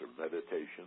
meditation